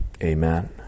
amen